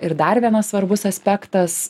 ir dar vienas svarbus aspektas